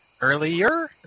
Earlier